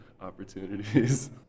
opportunities